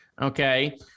Okay